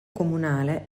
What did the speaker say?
comunale